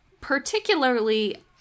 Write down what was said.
particularly